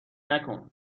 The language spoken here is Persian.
نکن